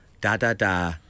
Da-da-da